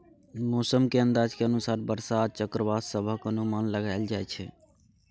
मौसम के अंदाज के अनुसार बरसा आ चक्रवात सभक अनुमान लगाइल जाइ छै